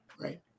right